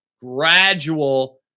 gradual